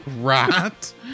right